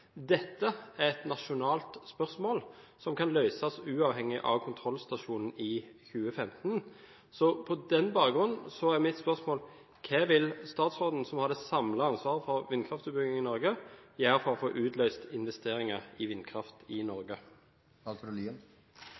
Dette er et nasjonalt spørsmål, som kan løses uavhengig av kontrollstasjonen i 2015. På den bakgrunn er mitt spørsmål: Hva vil statsråden, som har det samlede ansvaret for vindkraftutbygging i Norge, gjøre for å få utløst investeringer i vindkraft i Norge?